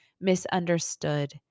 misunderstood